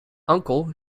uncle